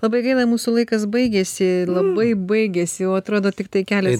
labai gaila mūsų laikas baigėsi labai baigėsi o atrodo tiktai kelios